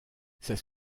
c’est